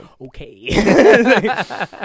okay